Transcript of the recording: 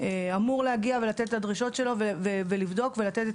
אמור להגיע ולתת את הדרישות שלו ולבדוק ולתת את